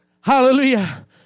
Hallelujah